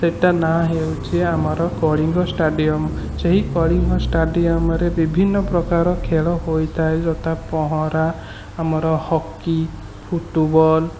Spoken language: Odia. ସେଟା ନାଁ ହେଉଛି ଆମର କଳିଙ୍ଗ ଷ୍ଟାଡ଼ିୟମ୍ ସେହି କଳିଙ୍ଗ ଷ୍ଟାଡ଼ିୟମ୍ରେ ବିଭିନ୍ନ ପ୍ରକାର ଖେଳ ହୋଇଥାଏ ଯଥା ପହଁରା ଆମର ହକି ଫୁଟ୍ବଲ୍